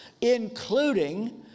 including